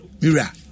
Mira